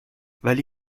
ولی